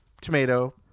tomato